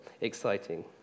exciting